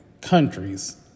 countries